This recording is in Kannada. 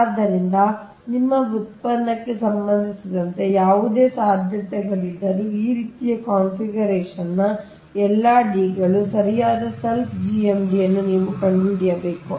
ಆದ್ದರಿಂದ ನಿಮ್ಮ ವ್ಯುತ್ಪನ್ನಕ್ಕೆ ಸಂಬಂಧಿಸಿದಂತೆ ಯಾವುದೇ ಸಾಧ್ಯತೆಗಳಿದ್ದರೂ ಈ ರೀತಿಯ ಕಾನ್ಫಿಗರೇಶನ್ನ ಎಲ್ಲಾ D ಗಳು ಸರಿಯಾದ selfಸೆಲ್ಫ್GMD ಅನ್ನು ನೀವು ಕಂಡುಹಿಡಿಯಬೇಕು